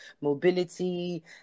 mobility